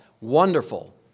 Wonderful